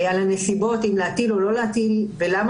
על הנסיבות אם להטיל או לא להטיל ולמה